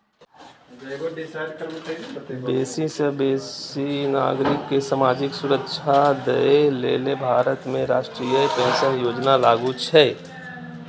बेसी सं बेसी नागरिक कें सामाजिक सुरक्षा दए लेल भारत में राष्ट्रीय पेंशन योजना लागू छै